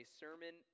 sermon